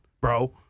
bro